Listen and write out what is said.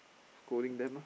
scolding them